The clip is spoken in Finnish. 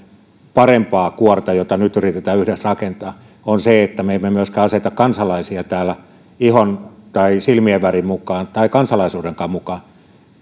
parempaa kuorta jota nyt yritetään yhdessä rakentaa on se että me emme myöskään aseta kansalaisia täällä ihon tai silmien värin mukaan tai kansalaisuudenkaan mukaan